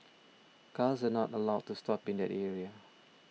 cars are not allowed to stop in that area